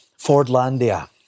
Fordlandia